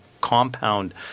compound